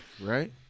right